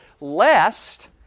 lest